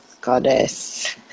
goddess